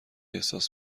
احساس